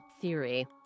theory